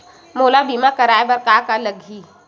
मोला बीमा कराये बर का का लगही?